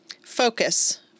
Focus